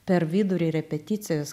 per vidurį repeticijos